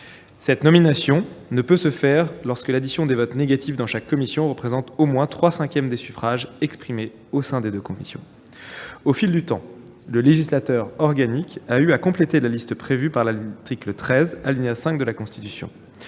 Cette nomination ne peut se faire que lorsque l'addition des votes négatifs dans chaque commission représente au moins trois cinquièmes des suffrages exprimés au sein des deux commissions. Au fil du temps, le législateur organique a eu à compléter la liste prévue par l'article 13, alinéa 5, de la Constitution.